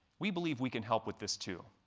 we believe we can help with this, too.